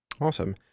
awesome